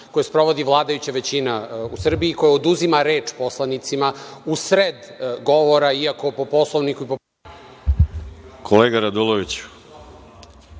koji sprovodi vladajuća većina u Srbiji, koja oduzima reč poslanicima usred govora, iako po Poslovniku… **Veroljub Arsić** Kolega Raduloviću,